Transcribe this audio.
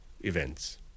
events